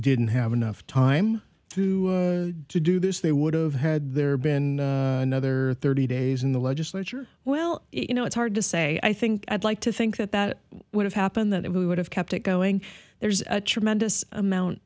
didn't have enough time to do this they would have had there been another thirty days in the legislature well you know it's hard to say i think i'd like to think that that would have happened that it would have kept it going there's a tremendous amount